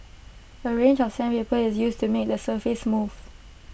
A range of sandpaper is used to make the surface smooth